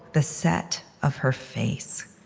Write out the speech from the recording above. the set of her face,